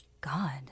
God